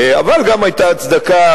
אבל גם היתה הצדקה,